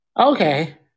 Okay